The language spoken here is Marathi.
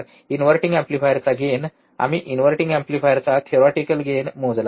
इनव्हर्टिंग एम्प्लीफायरचा गेन आम्ही इनव्हर्टिंग एम्प्लीफायरचा थेरिओटिकेल गेन मोजला आहे